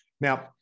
Now